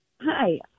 Hi